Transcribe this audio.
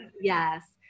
yes